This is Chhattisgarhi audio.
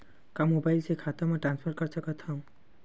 का मोबाइल से खाता म ट्रान्सफर कर सकथव?